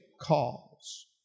cause